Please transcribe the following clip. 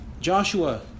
Joshua